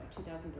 2003